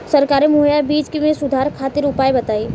सरकारी मुहैया बीज में सुधार खातिर उपाय बताई?